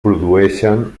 produeixen